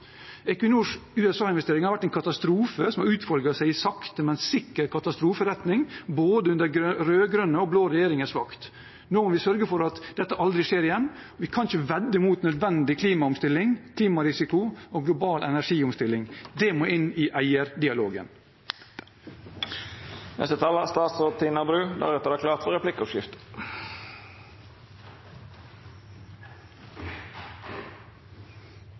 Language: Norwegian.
Equinors USA-investeringer har vært en katastrofe som har utfoldet seg i sakte, men sikker katastroferetning under både rød-grønne og blå regjeringers makt. Nå må vi sørge for at dette aldri skjer igjen. Vi kan ikke vedde mot nødvendig klimaomstilling, klimarisiko og global energiomstilling. Det må inn i